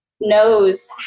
knows